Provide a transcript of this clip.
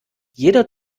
jeder